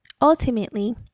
ultimately